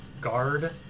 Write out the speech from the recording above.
guard